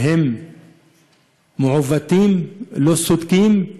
הם מעוותים, לא צודקים,